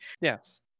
Yes